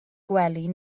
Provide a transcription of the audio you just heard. gwely